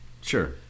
Sure